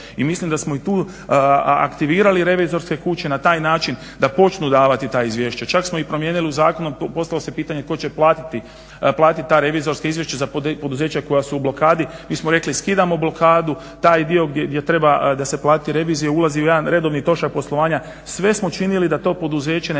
I mislim da smo i tu aktivirali revizorske kuće na taj način da počnu davati ta izvješća. Čak smo i promijenili u zakonu, postavlja se pitanje tko će platiti ta revizorska izvješća za poduzeća koja su u blokadi. Mi smo rekli skidamo blokadu, taj dio gdje treba da se plati revizija, ulazi u jedan redovni trošak poslovanja. Sve smo činili da to poduzeće ne